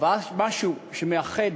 אבל יש משהו שמייחד